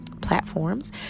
platforms